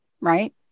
right